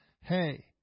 hey